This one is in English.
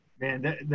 Man